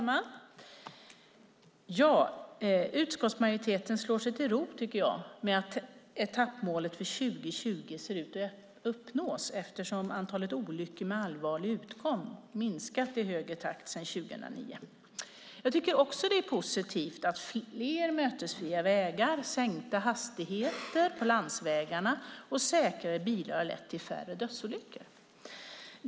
Herr talman! Utskottsmajoriteten slår sig till ro, tycker jag, med att etappmålet för 2020 ser ut att uppnås eftersom antalet olyckor med allvarlig utgång minskat i högre takt sedan 2009. Jag tycker också att det är positivt att fler mötesfria vägar, sänkta hastigheter på landsvägarna och säkrare bilar har lett till färre dödsolyckor.